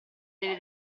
delle